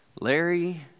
Larry